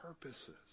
purposes